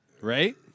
Right